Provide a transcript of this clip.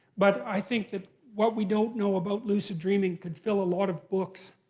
but i think that what we don't know about lucid dreaming could fill a lot of books.